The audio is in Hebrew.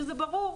שזה ברור,